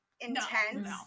intense